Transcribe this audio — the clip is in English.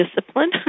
discipline